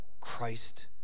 Christ